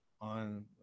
on